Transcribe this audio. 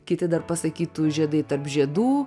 kiti dar pasakytų žiedai tarp žiedų